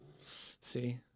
See